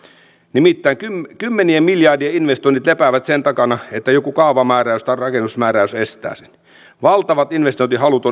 nimittäin kymmenien miljardien investoinnit lepäävät sen takana että joku kaavamääräys tai rakennusmääräys estää sen ihmisillä on valtavat investointihalut